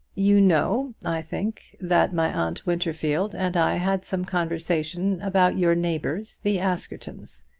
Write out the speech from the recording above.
you know, i think, that my aunt winterfield and i had some conversation about your neighbours, the askertons